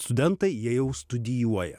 studentai jie jau studijuoja